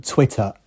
Twitter